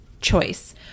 choice